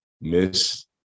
miss